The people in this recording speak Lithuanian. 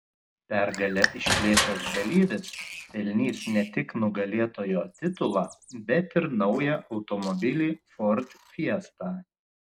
pergalę išplėšęs dalyvis pelnys ne tik nugalėtojo titulą bet ir naują automobilį ford fiesta